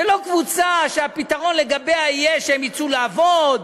זה לא קבוצה שהפתרון לגביה יהיה שהם יצאו לעבוד,